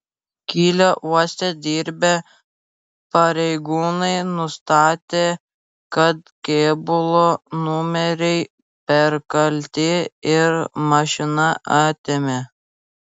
kylio uoste dirbę pareigūnai nustatė kad kėbulo numeriai perkalti ir mašiną atėmė